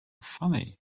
funny